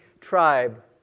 tribe